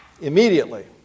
immediately